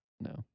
No